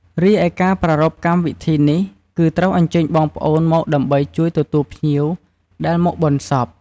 រីឯការប្រារព្ធកម្មវិធីនេះគឺត្រូវអញ្ជើញបងប្អូនមកដើម្បីជួយទទួលភ្ញៀវដែលមកបុណ្យសព។